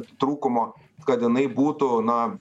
trūkumo kad jinai būtų na